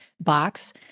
box